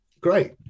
Great